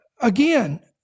Again